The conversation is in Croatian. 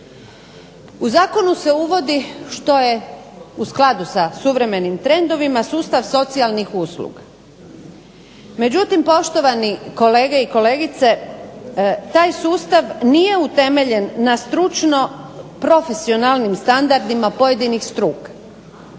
U zakonu se uvodi što je u skladu sa suvremenim trendovima sustav socijalnih usluga. Međutim, poštovani kolege i kolegice taj sustav nije utemeljen na stručno profesionalnim standardima pojedinih struka.